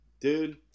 Dude